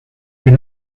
une